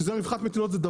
שהן רווחת המטילות.